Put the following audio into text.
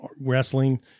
wrestling